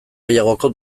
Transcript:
gehiagoko